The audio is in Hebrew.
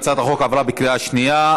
הצעת החוק עברה בקריאה שנייה.